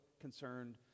concerned